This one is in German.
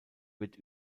wird